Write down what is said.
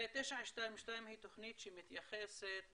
922 היא תוכנית שמתייחסת